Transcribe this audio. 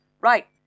right